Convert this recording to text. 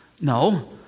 no